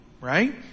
right